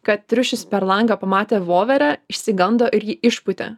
kad triušis per langą pamatė voverę išsigando ir jį išpūtė